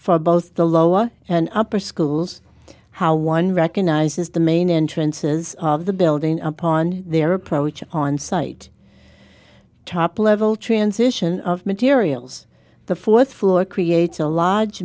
for both the lower and upper schools how one recognizes the main entrances of the building upon their approach on site top level transition of materials the fourth floor creates a l